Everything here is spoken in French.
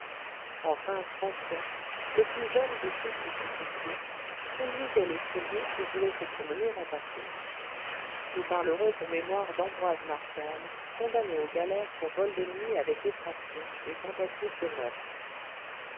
enfin françois le plus jeune des fils du supplicié conduisait les curieux qui voulaient se promener en bateau nous parlerons pour mémoire d'ambroise martial condamné aux galères pour vol de nuit avec effraction et tentative de meurtre